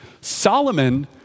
Solomon